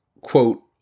quote